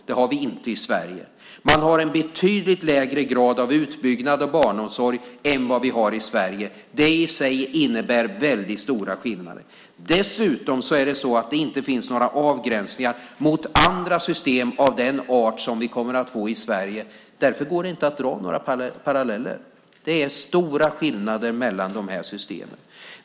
Det har vi inte i Sverige. Man har en betydligt lägre grad av utbyggnad av barnomsorg än vad vi har i Sverige. Det i sig innebär väldigt stora skillnader. Dessutom finns det inga avgränsningar mot andra system av den art som vi kommer att få i Sverige. Därför går det inte att dra några paralleller. Det är stora skillnader mellan våra system.